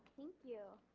thank you.